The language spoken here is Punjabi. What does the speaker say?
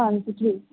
ਹਾਂਜੀ ਠੀਕ